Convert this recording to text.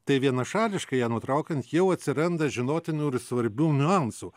tai vienašališkai ją nutraukiant jau atsiranda žinotinų ir svarbių niuansų